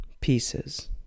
Pieces